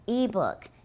ebook